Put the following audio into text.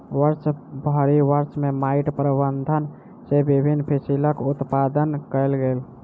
वर्षभरि वर्ष में माइट प्रबंधन सॅ विभिन्न फसिलक उत्पादन कयल गेल